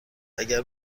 اگر